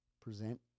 present